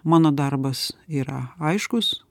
mano darbas yra aiškus